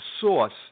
source